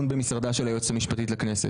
מאחר ויושבת כאן איתנו גם היועצת המשפטית של הכנסת,